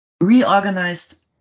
reorganized